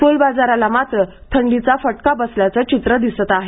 फुलबाजाराला मात्र थंडीचा फटका बसल्याचं दिसत आहे